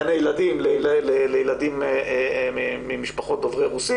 גני ילדים לילדים ממשפחות דוברי רוסית